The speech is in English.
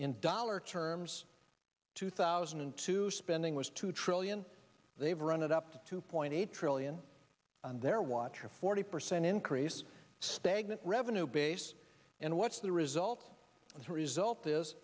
in dollar terms two thousand and two spending was two trillion they've run it up to two point eight trillion on their watch a forty percent increase stagnant revenue base and what's the result and the result is